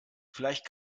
vielleicht